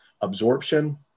absorption